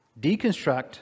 Deconstruct